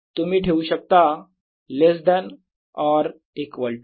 तुम्ही ठेवू शकता less than or equal to